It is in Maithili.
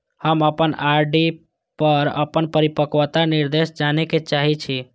हम अपन आर.डी पर अपन परिपक्वता निर्देश जाने के चाहि छी